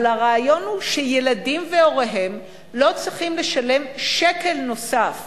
אבל הרעיון הוא שילדים והוריהם לא צריכים לשלם שקל נוסף